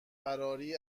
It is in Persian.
فراری